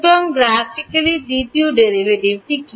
সুতরাং গ্রাফিক্যালি দ্বিতীয় ডেরাইভেটিভ কি